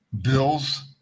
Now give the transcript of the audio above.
Bills